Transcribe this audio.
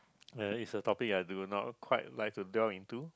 it's a topic I do not quite like to dwell into